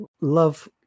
love